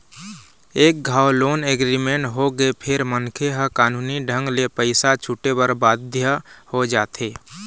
एक घांव loan agreement होगे फेर मनखे ह कानूनी ढंग ले पइसा छूटे बर बाध्य हो जाथे